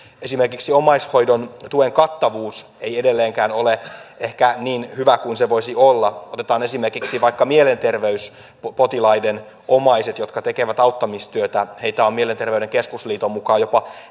esimerkiksi omaishoidon tuen kattavuus ei edelleenkään ehkä ole niin hyvä kuin se voisi olla otetaan esimerkiksi vaikka mielenterveyspotilaiden omaiset jotka tekevät auttamistyötä heitä on mielenterveyden keskusliiton mukaan jopa